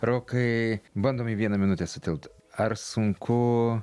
rokai bandom į vieną minutę sutilpt ar sunku